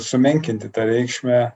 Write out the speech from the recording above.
sumenkinti tą reikšmę